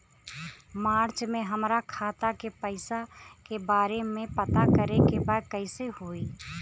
मार्च में हमरा खाता के पैसा के बारे में पता करे के बा कइसे होई?